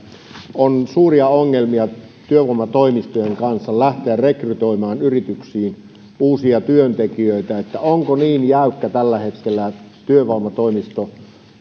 on suuria ongelmia työvoimatoimistojen kanssa lähteä rekrytoimaan yrityksiin uusia työntekijöitä ovatko niin jäykkiä tällä hetkellä työvoimatoimiston